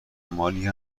مالی